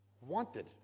Wanted